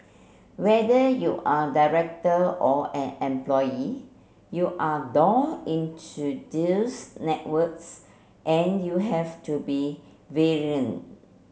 whether you're director or an employee you're door into those networks and you have to be